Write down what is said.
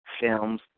films